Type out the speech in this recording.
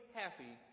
happy